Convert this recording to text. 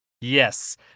Yes